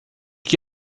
que